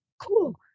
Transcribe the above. cool